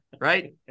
right